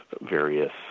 various